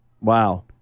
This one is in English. Wow